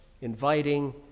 inviting